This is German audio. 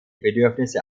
bedürfnisse